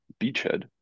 beachhead